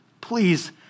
Please